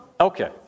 Okay